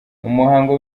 umuhango